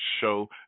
show